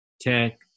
tech